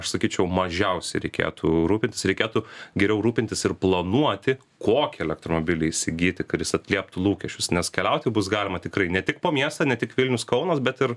aš sakyčiau mažiausiai reikėtų rūpintis reikėtų geriau rūpintis ir planuoti kokį elektromobilį įsigyti kad jis atlieptų lūkesčius nes keliauti bus galima tikrai ne tik po miestą ne tik vilnius kaunas bet ir